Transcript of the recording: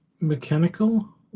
mechanical